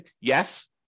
Yes